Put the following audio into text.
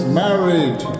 married